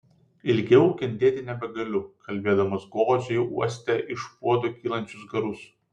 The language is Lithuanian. ilgiau kentėti nebegaliu kalbėdamas godžiai uostė iš puodo kylančius garus